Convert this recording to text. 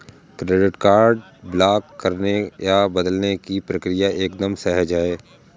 credit card block करने या बदलने की प्रक्रिया एकदम सहज है